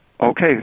Okay